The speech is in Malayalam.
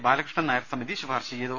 ബാലകൃ ഷ്ണൻ നായർ സമിതി ശുപാർശ ചെയ്തു